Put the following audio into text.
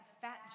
fat